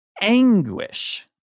anguish